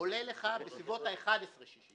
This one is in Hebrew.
עולה בסביבות 11.60 שקל.